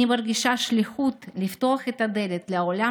אני מרגישה שליחות לפתוח את הדלת לעולם